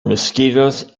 mosquitoes